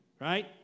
Right